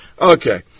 Okay